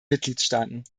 mitgliedstaaten